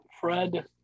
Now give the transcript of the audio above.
Fred